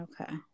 Okay